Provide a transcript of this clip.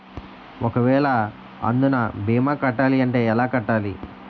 ఒక వేల అందునా భీమా కట్టాలి అంటే ఎలా కట్టాలి?